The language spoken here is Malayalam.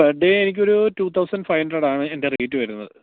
പെർ ഡേ എനിക്കൊരു ടൂ തൗസൻറ്റ് ഫൈവ് ഹൺഡ്രഡാണ് എൻറ്റെ റേയ്റ്റ് വരുന്നത്